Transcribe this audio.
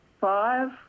five